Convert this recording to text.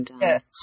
Yes